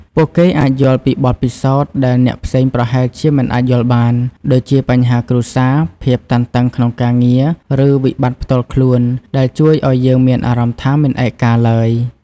ពួកគេអាចយល់ពីបទពិសោធន៍ដែលអ្នកផ្សេងប្រហែលជាមិនអាចយល់បាន ដូចជាបញ្ហាគ្រួសារ ភាពតានតឹងក្នុងការងារ ឬវិបត្តិផ្ទាល់ខ្លួន ដែលជួយឱ្យយើងមានអារម្មណ៍ថា មិនឯកាឡើយ។